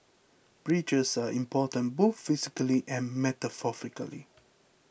bridges are important both physically and metaphorically